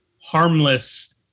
harmless